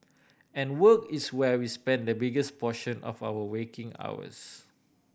and work is where we spend the biggest portion of our waking hours